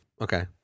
Okay